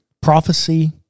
Prophecy